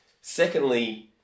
Secondly